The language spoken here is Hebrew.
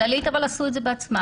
שירותי כללית עשו את זה בעצמם,